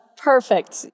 perfect